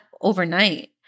overnight